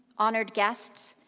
honoured guests,